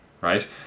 right